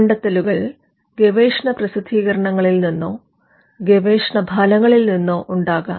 കണ്ടെത്തലുകൾ ഗവേഷണ പ്രസിദ്ധീകരണങ്ങളിൽ നിന്നോ ഗവേഷണ ഫലങ്ങളിൽ നിന്നോ ഉണ്ടാകാം